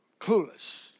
Clueless